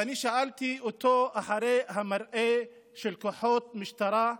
ואני שאלתי אותו אחרי המראה של כוחות משטרה,